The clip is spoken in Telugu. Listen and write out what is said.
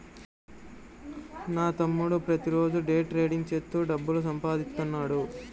నా తమ్ముడు ప్రతిరోజూ డే ట్రేడింగ్ చేత్తూ డబ్బులు సంపాదిత్తన్నాడు